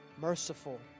merciful